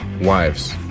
wives